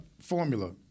formula